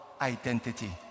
identity